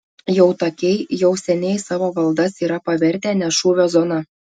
jautakiai jau seniai savo valdas yra pavertę ne šūvio zona